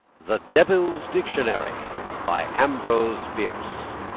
the devil's dictionary by ambrose bierce